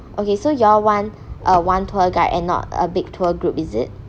okay so you all want a one tour guide and not a big tour group is it